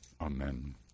Amen